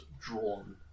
drawn